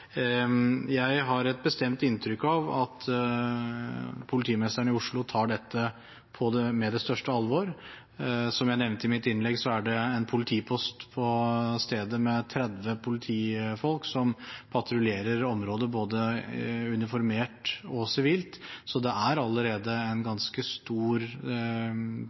Jeg har et bestemt inntrykk av at politimesteren i Oslo tar dette på det største alvor. Som jeg nevnte i mitt innlegg, er det en politipost på stedet med 30 politifolk som patruljerer området, både uniformert og sivilt. Så det er allerede en ganske stor